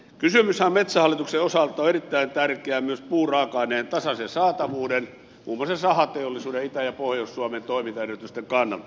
kysymyshän metsähallituksen osalta on erittäin tärkeä myös puuraaka aineen tasaisen saatavuuden muun muassa sahateollisuuden itä ja pohjois suomen toimintaedellytysten kannalta